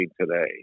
today